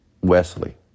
Wesley